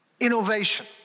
innovation